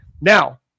Now